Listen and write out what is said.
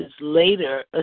later